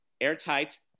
airtight